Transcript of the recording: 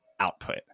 output